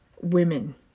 women